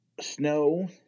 snow